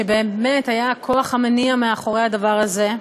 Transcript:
שבאמת היה הכוח המניע מאחורי הדבר הזה,